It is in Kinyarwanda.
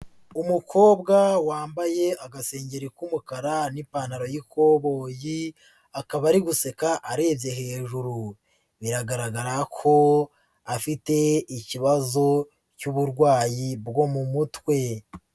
Umukobwa wambaye agasengeri k'umukara n'ipantaro y'ikoboyi, akaba ari guseka arebye hejuru, biragaragara ko afite ikibazo cy'uburwayi bwo mu mutwe.